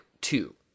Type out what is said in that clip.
two